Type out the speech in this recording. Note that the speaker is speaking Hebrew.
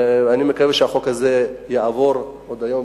ואני מקווה שהחוק הזה יעבור עוד היום,